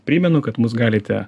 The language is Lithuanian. primenu kad mūsų galite